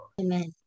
Amen